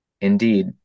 Indeed